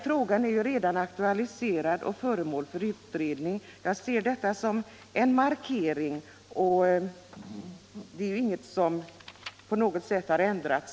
Frågan är alltså redan aktualiserad och föremål för utredning. Jag ser därför detta som en markering. Sakläget har inte på något sätt ändrats.